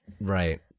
Right